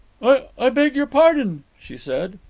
i beg your pardon, she said.